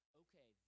okay